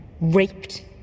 raped